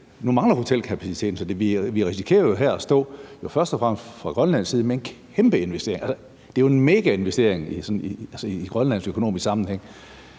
Nu mangler hotelkapaciteten, så vi risikerer jo – først og fremmest fra Grønlands side – at stå her med en kæmpe investering. Det er jo en mega investering i sådan en grønlandsk økonomisk sammenhæng.